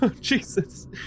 Jesus